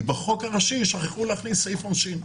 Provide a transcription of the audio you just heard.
כי בחוק הראשי שכחו להכניס סעיף עונשין,